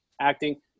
acting